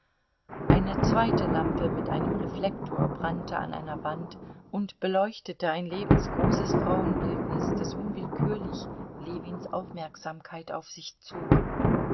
eine zweite lampe mit einem reflektor brannte an einer wand und beleuchtete ein lebensgroßes frauenbildnis das unwillkürlich ljewins aufmerksamkeit auf sich zog